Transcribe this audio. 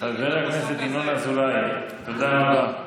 חבר הכנסת ינון אזולאי, תודה רבה.